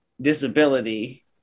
disability